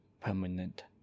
permanent